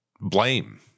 blame